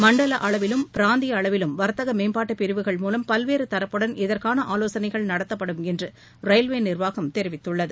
மண்டல அளவிலும் பிராந்திய அளவிலும் வர்த்தக மேற்பாட்டு பிரிவுகள் மூலம் பல்வேறு தரப்புடன் இதற்கான ஆலோசனைகள் நடத்தப்படும் என்று ரயில்வே நிர்வாகம் தெரிவித்துள்ளது